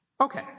Okay